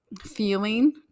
feeling